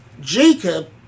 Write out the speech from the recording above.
Jacob